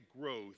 growth